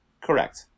Correct